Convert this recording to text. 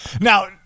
Now